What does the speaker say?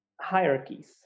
Hierarchies